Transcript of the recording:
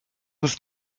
ust